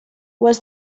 was